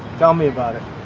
tell me about it.